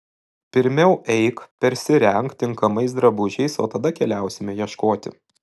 pirmiau eik persirenk tinkamais drabužiais o tada keliausime ieškoti